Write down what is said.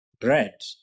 bread